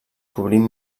cobrint